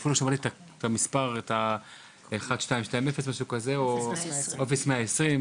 כמו שאמר היושב ראש,